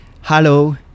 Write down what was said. Hello